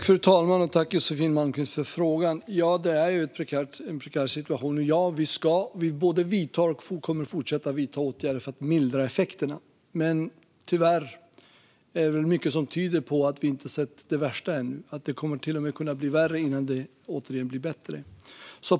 Fru talman! Tack, Josefin Malmqvist, för frågan! Detta är en prekär situation. Vi både vidtar och kommer att fortsätta att vidta åtgärder för att mildra effekterna, men tyvärr är det väl mycket som tyder på att vi inte har sett det värsta än och på att det till och med kommer att kunna bli värre innan det återigen blir bättre.